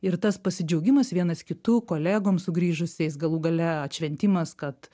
ir tas pasidžiaugimas vienas kitu kolegom sugrįžusiais galų gale atšventimas kad